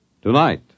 Tonight